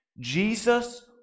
Jesus